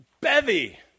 bevy